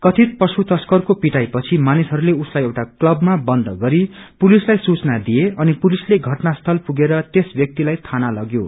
कथित मवेशी तश्करको पिटाई पछि मानिसहरूले उसलाई एउटा क्लबमा बन्द गरी पुलिसलाई सूचना दिए अनि पुलिसले घटनास्थल पुगेर त्यस ब्यक्तिलाई थाना लग्यो